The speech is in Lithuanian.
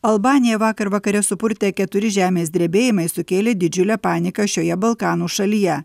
albaniją vakar vakare supurtė keturi žemės drebėjimai sukėlė didžiulę paniką šioje balkanų šalyje